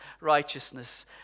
righteousness